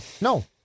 No